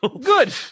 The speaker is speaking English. Good